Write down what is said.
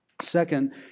Second